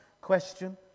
question